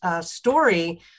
story